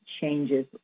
changes